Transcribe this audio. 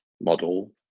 model